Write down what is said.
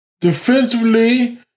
Defensively